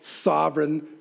sovereign